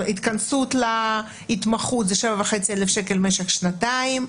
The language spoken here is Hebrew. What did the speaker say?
התכנסות להתמחות זה 7,500 שקל למשך שנתיים.